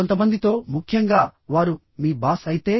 కొంతమందితో ముఖ్యంగా వారు మీ బాస్ అయితే